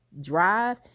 drive